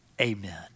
amen